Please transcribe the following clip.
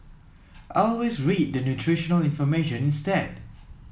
always read the nutritional information instead